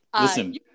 Listen